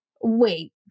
wait